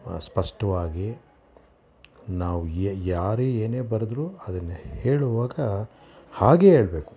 ಸ್ಪಷ್ಟವಾಗಿ ನಾವು ಯಾರೇ ಏನೆ ಬರೆದ್ರೂ ಅದನ್ನೇ ಹೇಳುವಾಗ ಹಾಗೆಯೇ ಹೇಳಬೇಕು